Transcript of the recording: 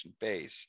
base